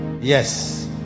yes